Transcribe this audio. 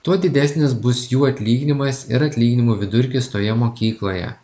tuo didesnis bus jų atlyginimas ir atlyginimų vidurkis toje mokykloje